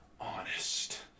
honest